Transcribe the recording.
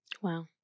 Wow